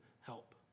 help